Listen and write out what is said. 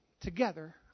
together